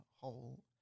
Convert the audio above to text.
whole